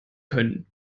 können